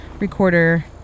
recorder